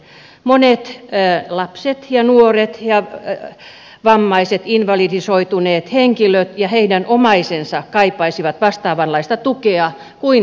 monet lapset ja nuoret ja vammaiset invalidisoituneet henkilöt ja heidän omaisensa kaipaisivat vastaavanlaista tukea kuin vanhuksetkin